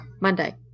Monday